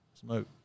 smoke